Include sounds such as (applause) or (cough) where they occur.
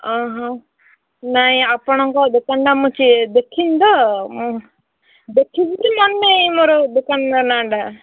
ଅ ହ ନାହିଁ ଆପଣଙ୍କ ଦୋକନଟା ମୁଁ ଦେଖିନ ତ ଦେଖିଛି (unintelligible) ମନ ନାହିଁ ମୋର ଦୋକାନର ନାଆଁ ଟା